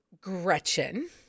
Gretchen